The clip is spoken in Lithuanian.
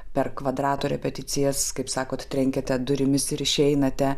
per kvadrato repeticijas kaip sakot trenkiate durimis ir išeinate